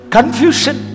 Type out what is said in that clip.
Confusion